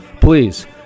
please